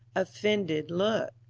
offended look.